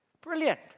brilliant